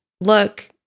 look